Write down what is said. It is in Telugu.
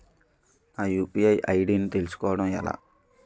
నా యు.పి.ఐ ఐ.డి ని తెలుసుకోవడం ఎలా?